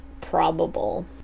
probable